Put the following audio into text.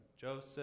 Joseph